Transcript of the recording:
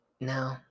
no